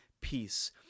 peace